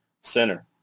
center